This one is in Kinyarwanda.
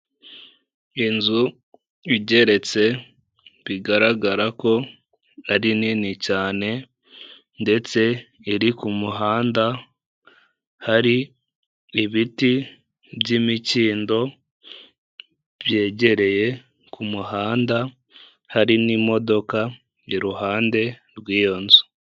Inzu igeretse bigaragara ko ari nini cyane ndetse iri ku muhanda. Hari ibiti by'imikindo byegereye ku muhanda, hari n'imodoka iruhande rw'iyo nzu.